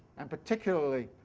and, particularly,